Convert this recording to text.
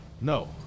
No